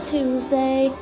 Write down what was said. Tuesday